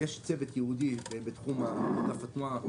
יש צוות ייעודי בתחום אגף התנועה,